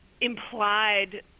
implied